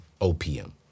OPM